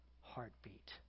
heartbeat